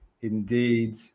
indeed